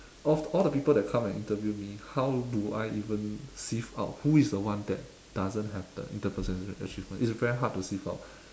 of all the people that come and interview me how do I even sieve out who is the one that doesn't have the interpersonal achievement it's very hard to sieve out